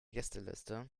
gästeliste